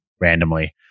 randomly